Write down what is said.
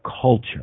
culture